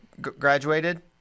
graduated